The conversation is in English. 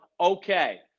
okay